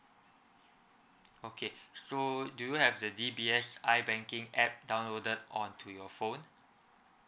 okay so do you have the dbs I banking app downloaded on to your phone